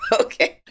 Okay